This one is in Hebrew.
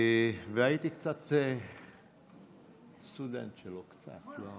הייתי קצת סטודנט שלו, קצת, לא הרבה.